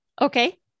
Okay